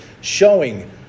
showing